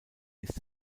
ist